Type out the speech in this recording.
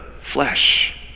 flesh